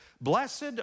blessed